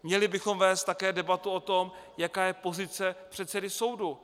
Měli bychom vést také debatu o tom, jaká je pozice předsedy soudu.